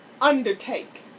undertake